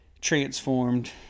transformed